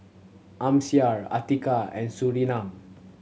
Amsyar Atiqah and Surinam